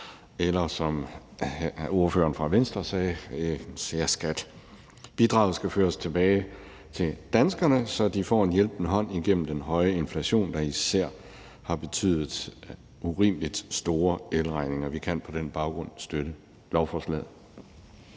eller – som ordføreren fra Venstre sagde – en særskat. Bidraget skal føres tilbage til danskerne, så de får en hjælpende hånd igennem den høje inflation, der især har betydet urimelig store elregninger. Vi kan på den baggrund støtte lovforslaget.